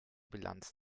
bilanz